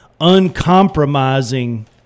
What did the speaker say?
uncompromising